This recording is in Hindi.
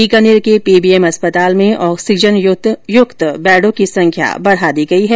बीकानेर के पीबीएम अस्पताल में ऑक्सीजन युक्त बैडों की संख्या बढ़ा दी गई है